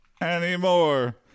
anymore